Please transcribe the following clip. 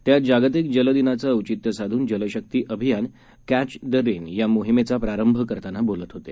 ते आज जागतिक जल दिनाचं औचित्य साधून जलशक्ती अभियान कॅच द रेन या मोहिमेचा प्रारंभ करताना बोलत होते